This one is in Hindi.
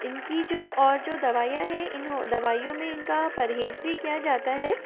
इनकी जो और जो दवाईयाँ हैं इन दवाइयों में इनका परहेज़ भी किया जाता है